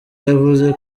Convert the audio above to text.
yavuze